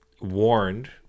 warned